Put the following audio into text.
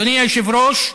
אדוני היושב-ראש,